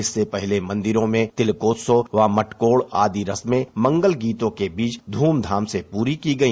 इससे पहले मंदिरों में तिलकोत्सव व मटकोड़ आदि रस्में मंगलगीतों के बीच धूमधाम से प्ररी की गई